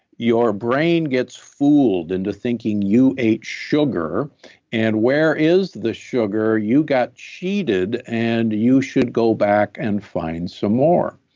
your brain gets fooled into thinking you ate sugar and where is the sugar? you got cheated and you should go back and find some more.